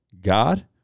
God